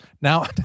now